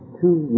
two